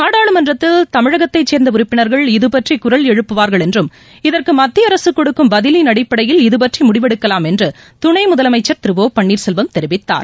நாடாளுமன்றத்தில் தமிழகத்தை சேர்ந்த உறுப்பினர்கள் இதுபற்றி குரல் எழுப்புவார்கள் என்றும் இதற்கு மத்திய அரசு கொடுக்கும் பதிவின் அடிப்படையில் இதுபற்றி முடிவெடுக்கலாம் என்று துணை முதலமைச்சர் திரு ஒ பன்னீர்செல்வம் தெரிவித்தார்